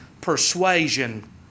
persuasion